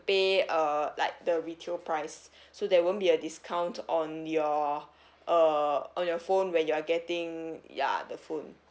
pay uh like the retail price so there won't be a discount on your uh on your phone when you are getting ya the phone